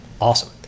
Awesome